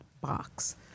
box